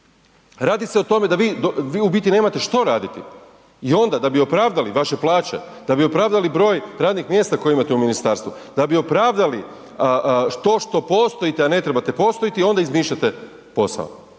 Radi se o tome da vi, vi u biti nemate što raditi i onda da bi opravdali vaše plaće, da bi opravdali broj radnih mjesta koje imate u ministarstvu, da bi opravdali to što postojite, a ne trebate postojati, onda izmišljati posao,